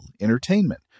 entertainment